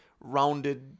rounded